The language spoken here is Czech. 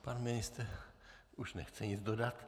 Pan ministr už nechce nic dodat.